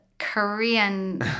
Korean